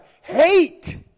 hate